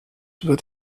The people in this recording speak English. would